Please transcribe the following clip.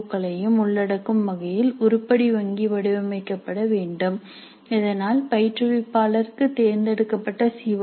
ஓ களையும் உள்ளடக்கும் வகையில் உருப்படி வங்கி வடிவமைக்கப்பட வேண்டும் இதனால் பயிற்றுவிப்பாளருக்கு தேர்ந்தெடுக்கப்பட்ட சி